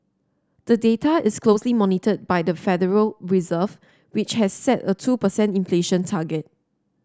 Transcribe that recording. the data is closely monitored by the Federal Reserve which has set a two per cent inflation target